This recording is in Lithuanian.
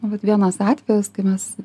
vat vienas atvejis kai mes